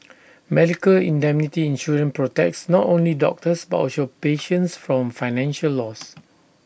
medical indemnity insurance protects not only doctors but also patients from financial loss